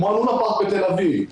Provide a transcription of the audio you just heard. כמו הלונה פארק בתל אביב,